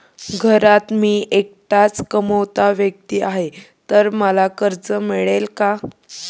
घरात मी एकटाच कमावता व्यक्ती आहे तर मला कर्ज मिळेल का?